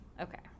Okay